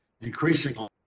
increasingly